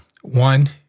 One